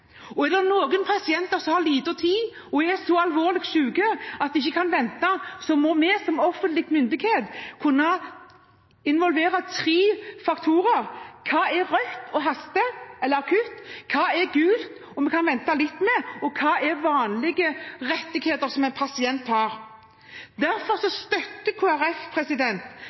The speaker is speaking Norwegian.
godkjent. Er det noen pasienter som har liten tid og er så alvorlig syke at de ikke kan vente, må offentlig myndighet kunne involvere tre faktorer: Hva er rødt eller akutt og haster? Hva er gult og kan vente litt? Og hva er vanlige rettigheter som en pasient har? Derfor støtter